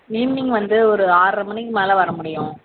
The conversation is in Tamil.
ஈவினிங் வந்து ஒரு ஆறரை மணிக்கு மேலே வர முடியும்